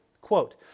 Quote